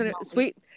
sweet